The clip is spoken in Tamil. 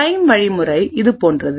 பிரைம் வழிமுறைஇதுபோன்றது